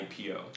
IPO